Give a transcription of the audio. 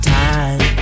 time